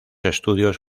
estudios